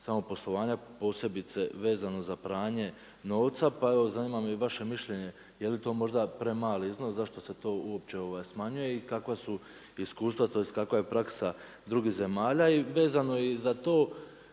samog poslovanja posebice vezano za pranje novca, pa evo zanima me i vaše mišljenje je li to možda premali iznos, zašto se to uopće smanjuje i kakva su iskustva tj. kakva je praksa drugih zemalja? I vezano i za to,